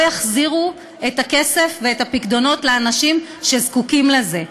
יחזירו את הכסף ואת הפיקדונות לאנשים שזקוקים לזה,